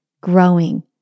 growing